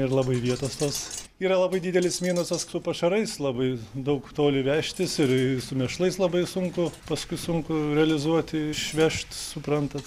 ir labai vietos tos yra labai didelis minusas su pašarais labai daug toli vežtis ir su mėšlais labai sunku paskui sunku realizuoti išvežt suprantat